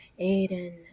Aiden